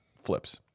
flips